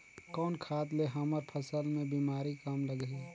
कौन खाद ले हमर फसल मे बीमारी कम लगही?